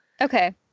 okay